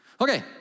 Okay